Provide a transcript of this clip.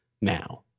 now